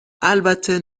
البته